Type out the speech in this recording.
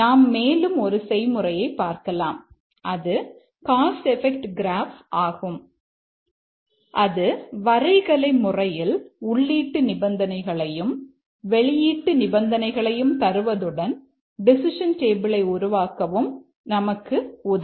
நாம் மேலும் ஒரு செய்முறையை பார்க்கலாம் அது காஸ் எபெக்ட் கிராஃப் உருவாக்கவும் நமக்கு உதவும்